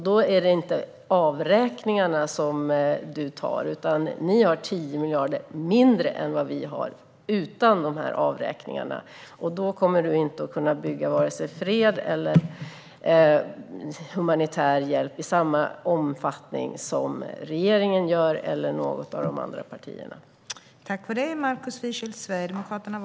Det är inte avräkningarna som ni tar, utan ni har 10 miljarder mindre än vad vi har utan avräkningarna. Då kommer ni inte att kunna bidra till vare sig fred eller humanitär hjälp i samma omfattning som regeringen eller något av de andra partierna gör.